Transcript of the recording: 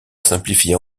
simplifie